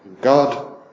God